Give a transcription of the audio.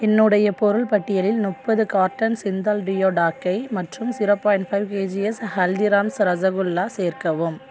என்னுடைய பொருள் பட்டியலில் நுப்பது கார்ட்டன் சிந்தால் டியோ டாக்கை மற்றும் zero point five KGs Haldiram's rasgulla சேர்க்கவும்